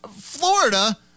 Florida